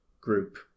group